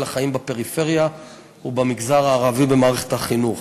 החיים בפריפריה ובמגזר הערבי במערכת החינוך".